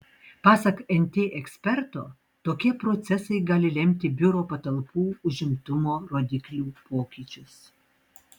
pasak nt eksperto tokie procesai gali lemti biuro patalpų užimtumo rodiklių pokyčius